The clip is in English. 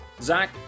zach